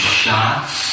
shots